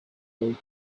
old